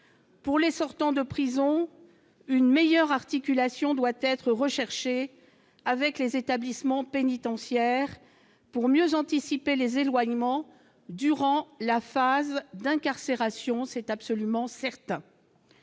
Pour les sortants de prison, une meilleure articulation doit être recherchée avec les établissements pénitentiaires pour mieux anticiper les éloignements durant la phase d'incarcération, c'est absolument certain,